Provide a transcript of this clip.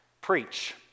preach